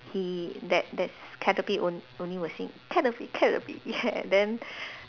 he that that Caterpie will only will sing Caterpie Caterpie yeah then